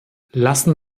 lassen